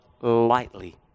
lightly